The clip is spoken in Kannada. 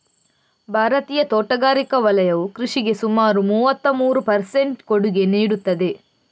ಭಾರತೀಯ ತೋಟಗಾರಿಕಾ ವಲಯವು ಕೃಷಿಗೆ ಸುಮಾರು ಮೂವತ್ತಮೂರು ಪರ್ ಸೆಂಟ್ ಕೊಡುಗೆ ನೀಡುತ್ತದೆ